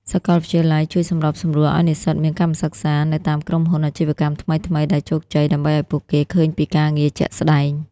សាកលវិទ្យាល័យជួយសម្របសម្រួលឱ្យនិស្សិតមាន "កម្មសិក្សា" នៅតាមក្រុមហ៊ុន អាជីវកម្មថ្មីៗដែលជោគជ័យ ដើម្បីឱ្យពួកគេឃើញពីការងារជាក់ស្ដែង។